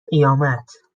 قیامت